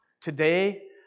Today